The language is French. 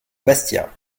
bastia